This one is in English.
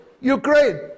Ukraine